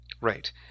Right